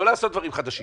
לא לעשות דברים חדשים,